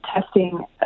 testing